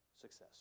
success